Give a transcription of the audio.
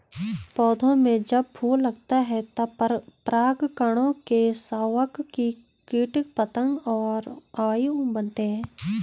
पौधों में जब फूल लगता है तब परागकणों के संवाहक कीट पतंग और वायु बनते हैं